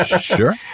Sure